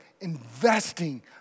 investing